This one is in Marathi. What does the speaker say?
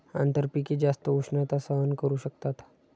आंतरपिके जास्त उष्णता सहन करू शकतात